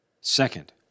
Second